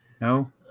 No